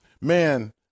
man